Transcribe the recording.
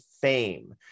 fame